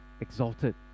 exalted